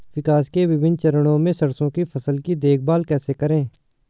विकास के विभिन्न चरणों में सरसों की फसल की देखभाल कैसे करें?